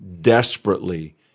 desperately